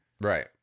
Right